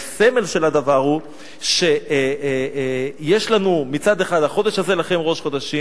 והסמל של הדבר הוא שיש לנו מצד אחד "החדש הזה לכם ראש חדשים"